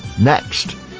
next